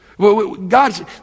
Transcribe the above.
God